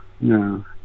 no